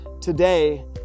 today